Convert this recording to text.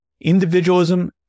individualism